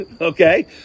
Okay